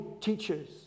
teachers